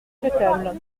souhaitable